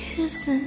kissing